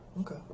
Okay